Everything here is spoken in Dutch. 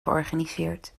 georganiseerd